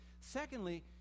Secondly